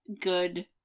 good